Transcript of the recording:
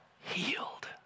healed